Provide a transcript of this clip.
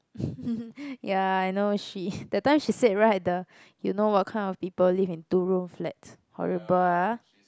ya I know she that time she said right the you know what kind of people live in two room flats horrible ah